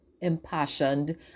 impassioned